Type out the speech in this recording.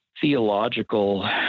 theological